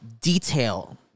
detail